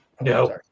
No